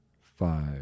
five